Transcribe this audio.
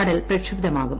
കടൽ പ്രക്ഷുബ്ധമാകും